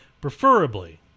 Preferably